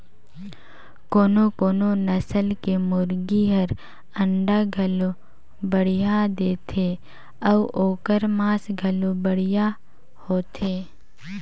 कोनो कोनो नसल के मुरगी हर अंडा घलो बड़िहा देथे अउ ओखर मांस घलो बढ़िया होथे